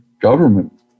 government